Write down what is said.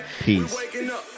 peace